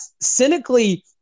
cynically